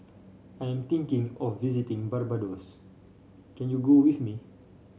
I am thinking of visiting Barbados can you go with me